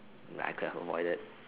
that I could have avoided